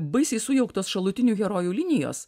baisiai sujauktos šalutinių herojų linijos